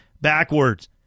backwards